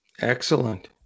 Excellent